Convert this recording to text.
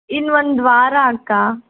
ಇನ್ನು ಒಂದು ವಾರ ಅಕ್ಕ